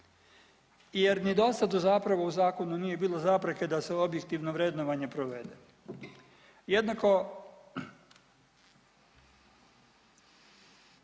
jer ni dosad zapravo u zakonu nije bilo zapreke da se objektivno vrednovanje provede. Jednako,